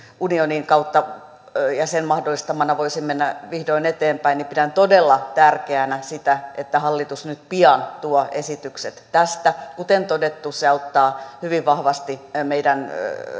unionin kautta ja sen mahdollistamana voisi mennä vihdoin eteenpäin niin pidän todella tärkeänä sitä että hallitus nyt pian tuo esitykset tästä kuten todettu se auttaa hyvin vahvasti